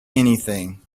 anything